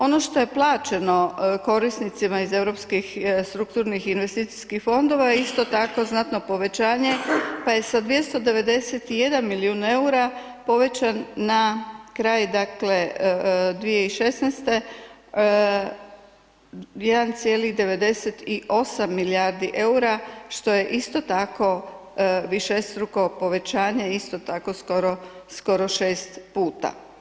Ono što je plaćeno korisnicima iz Europskih strukturnih i investicijskih fondova isto tako znatno povećanje pa je sa 291 milijun EUR-a povećan na kraj 2016. 1,98 milijardi EUR-a što je isto tako višestruko povećanje isto tako skoro 6 puta.